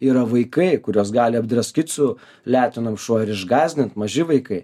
yra vaikai kuriuos gali apdraskyt su letenom šuo ir išgąsdint maži vaikai